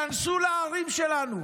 תיכנסו לערים שלנו,